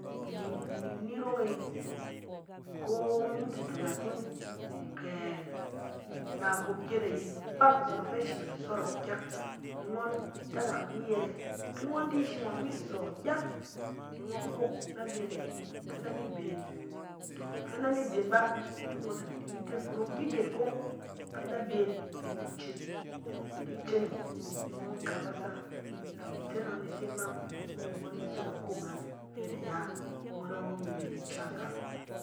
Kɛ ni ni rong e, ko- minti talatin kɛ na goot gyat ayi, kpaf izen ɔng fɛ ashi me da sɔrɔk e, ni ngon tarak ni yɛrɛ. Ki ngɔn di ashi ngɔn mi so gyat, ni ngɔn fok na beng ɛ, ke na mi beng, tɔ! Ke na bi bɛ bà, tɔ! Ngɔn da ti tes kurong gyigyet, ke na beng, ni ngɔn ceneng. Ki ceneng, ni ngɔn kabasa, kɛ itsɛn ngɔn ni se aman, ni ngɔn nesek akoangan fɛ da ya. Ngɔn nɔng mi ret ica gam.